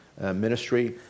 Ministry